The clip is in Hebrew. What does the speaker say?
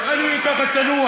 מינימום 300,000. אני ככה צנוע,